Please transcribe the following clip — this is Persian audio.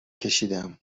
کشیدم